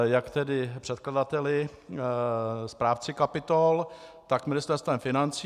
Jak tedy předkladateli, správci kapitol, tak Ministerstvem financí.